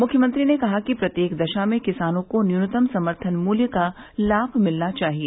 मुख्यमंत्री ने कहा कि प्रत्येक दशा में किसानों को न्यूनतम समर्थन मूल्य का लाभ मिलना चाहिए